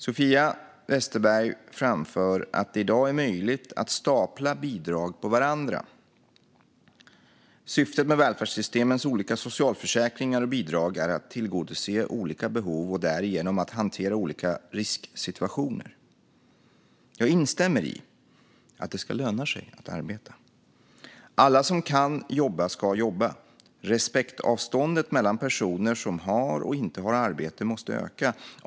Sofia Westergren för fram att det i dag är möjligt att stapla bidrag på varandra. Syftet med välfärdssystemets olika socialförsäkringar och bidrag är att tillgodose olika behov och därigenom hantera olika risksituationer. Jag instämmer i att det ska löna sig att arbeta. Alla som kan jobba ska jobba. Respektavståndet mellan personer som har och inte har arbetat måste öka.